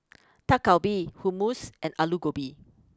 Dak Galbi Hummus and Alu Gobi